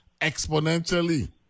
exponentially